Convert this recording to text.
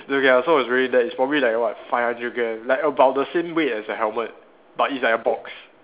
so ya so it was already that it was probably like what five hundred gramme like about the same weight as a helmet but it's like a box